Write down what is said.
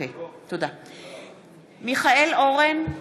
(קוראת בשמות חברי הכנסת) מיכאל אורן,